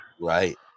Right